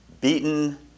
beaten